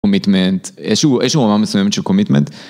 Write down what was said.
קומיטמנט, איזשהו, איזשהו הוראה מסוימת של קומיטמנט.